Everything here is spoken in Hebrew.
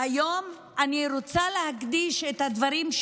והיום אני רוצה להקדיש את הדברים,